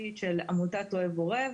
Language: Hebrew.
המשפטית של עמותת אוהב עורב.